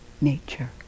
nature